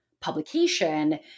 publication